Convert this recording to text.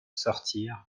sortir